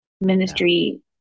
ministry